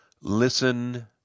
listen